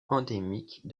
endémiques